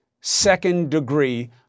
second-degree